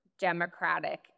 democratic